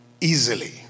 easily